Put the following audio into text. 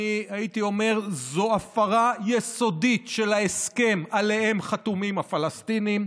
אני הייתי אומר שזו הפרה יסודית של ההסכם שעליו חתומים הפלסטינים,